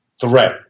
threat